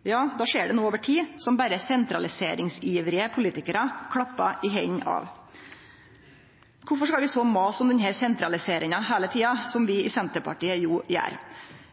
skjer det noko over tid som berre sentraliseringsivrige politikarar klappar i hendene av. Kvifor skal vi så mase om denne sentraliseringa heile tida, som vi i Senterpartiet gjer?